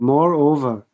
Moreover